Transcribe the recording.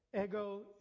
ego